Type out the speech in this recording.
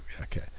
Okay